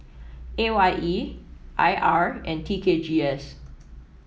A Y E I R and T K G S